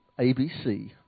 ABC